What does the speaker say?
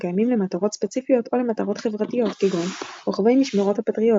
קיימים למטרות ספציפיות או למטרות חברתיות כגון "רוכבי משמרות הפטריוט",